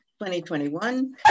2021